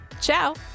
ciao